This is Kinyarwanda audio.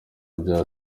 bya